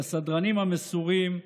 לסדרנים המסורים,